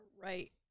Right